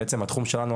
בעצם התחום שלנו,